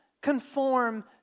conform